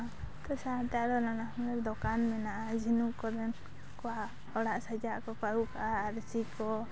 ᱚᱱᱟ ᱥᱟᱶᱛᱮ ᱟᱨᱚ ᱱᱟᱱᱟᱦᱩᱱᱟᱹᱨ ᱫᱚᱠᱟᱱ ᱢᱮᱱᱟᱜᱼᱟ ᱡᱷᱤᱱᱩᱠ ᱠᱚᱨᱮᱱᱟᱜ ᱚᱲᱟᱜ ᱥᱟᱡᱟᱣᱟᱜ ᱠᱚᱠᱚ ᱟᱹᱜᱩ ᱠᱟᱜᱼᱟ ᱟᱹᱨᱥᱤ ᱠᱚ